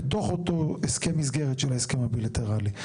בתוך אותו הסכם מסגרת של ההסכם הבילטרלי.